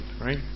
right